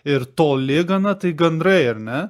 ir toli gana tai gandrai ar ne